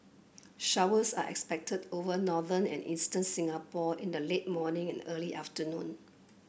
showers are expected over northern and eastern Singapore in the late morning and early afternoon